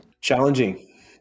Challenging